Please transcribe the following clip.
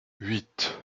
huit